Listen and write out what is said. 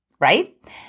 Right